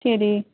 சரி